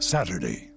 Saturday